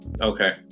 okay